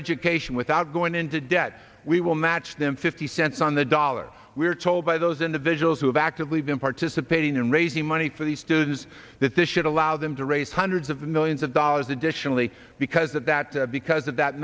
education without going into debt we will match them fifty cents on the dollar we're told by those individuals who have actively been participating in raising money for these students that this should allow them to raise hundreds of millions of dollars additionally because of that because of that